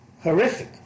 horrific